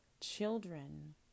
children